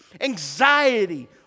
anxiety